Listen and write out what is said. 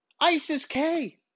ISIS-K